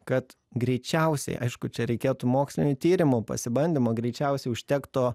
kad greičiausiai aišku čia reikėtų mokslinių tyrimų pasibandymo greičiausiai užtektų